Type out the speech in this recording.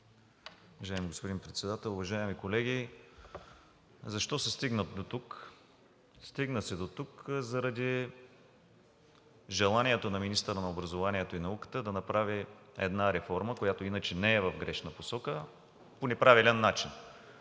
Уважаеми господин Председател, уважаеми колеги! Защо се стигна дотук? Стигна се дотук заради желанието на министъра на образованието и науката да направи една реформа, която иначе не е в грешна посока, по неправилен начин.